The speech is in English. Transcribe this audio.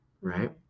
right